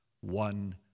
one